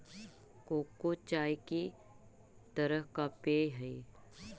cocoa चाय की तरह का पेय हई